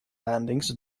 landings